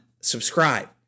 subscribe